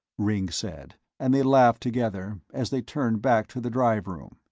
ringg said, and they laughed together as they turned back to the drive room.